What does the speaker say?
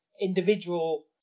individual